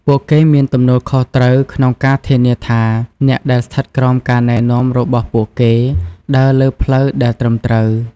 ពួកគេមានទំនួលខុសត្រូវក្នុងការធានាថាអ្នកដែលស្ថិតក្រោមការណែនាំរបស់ពួកគេដើរលើផ្លូវដែលត្រឹមត្រូវ។